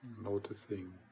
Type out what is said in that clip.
noticing